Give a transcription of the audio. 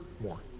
more